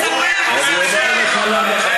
אני אומר לך למה.